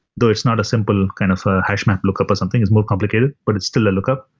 though it's not a simple kind of hash map lookup or something. it's more complicated, but it's still a lookup.